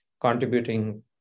contributing